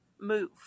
move